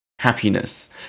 happiness